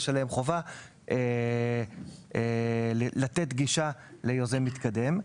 יש חובה לתת גישה ליוזם מתקדם.